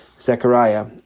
Zechariah